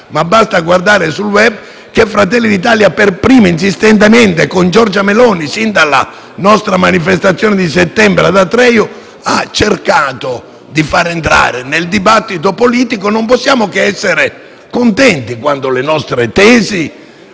ma basta guardare sul *web* - che Fratelli d'Italia per primo, insistentemente, con Giorgia Meloni, sin dalla nostra manifestazione di settembre «Atreju», ha cercato di far entrare il tema nel dibattito politico. Non possiamo che essere contenti quando le nostre tesi